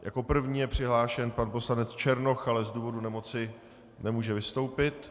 Jako první je přihlášen pan poslanec Černoch, ale z důvodu nemoci nemůže vystoupit.